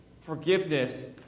forgiveness